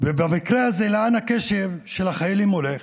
ובמקרה הזה, לאן הקשב של החייל הולך?